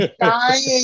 dying